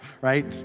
right